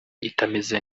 itameze